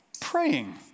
praying